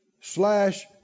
slash